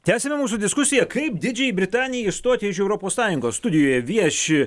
tęsiame mūsų diskusiją kaip didžiajai britanijai išstoti iš europos sąjungos studijoje vieši